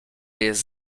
jest